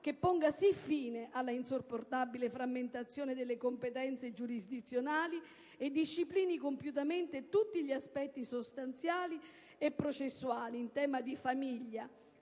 che ponga sì fine all'insopportabile frammentazione delle competenze giurisdizionali e disciplini compiutamente tutti gli aspetti sostanziali e processuali in tema di famiglia